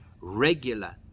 regular